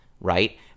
Right